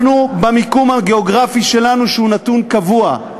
אנחנו, במיקום הגיאוגרפי שלנו, שהוא נתון קבוע,